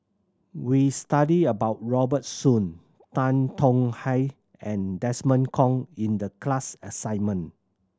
we studied about Robert Soon Tan Tong Hye and Desmond Kon in the class assignment